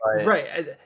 Right